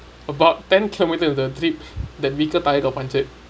about ten kilometres with the trip that weaker tire got punctured